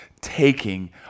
taking